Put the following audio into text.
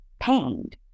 pained